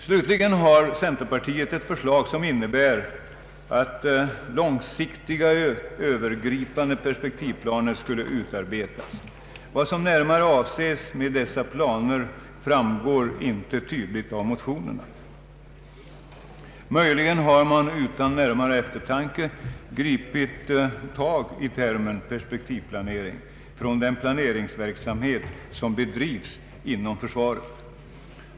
Slutligen har centerpartiet ett förslag som innebär att långsiktiga övergripande perspektivplaner skulle utarbetas. Vad som närmare avses med dessa planer framgår inte tydligt av motionerna. Möjligen har man utan närmare eftertanke gripit tag i termen perspektivplanering från den planeringsverksamhet som bedrivs inom försvaret.